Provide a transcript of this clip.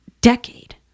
decade